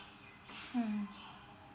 hmm